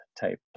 type